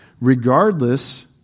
regardless